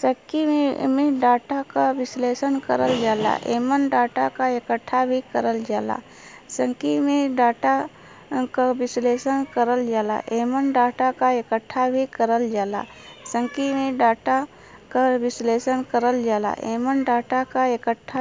सांख्यिकी में डाटा क विश्लेषण करल जाला एमन डाटा क इकठ्ठा